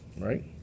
Right